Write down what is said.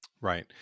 Right